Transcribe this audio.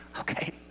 okay